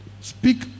speak